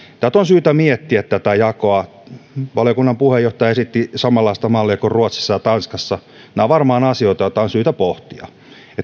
tätä jakoa on syytä miettiä valiokunnan puheenjohtaja esitti samanlaista mallia kuin ruotsissa ja tanskassa nämä ovat varmaan asioita joita on syytä pohtia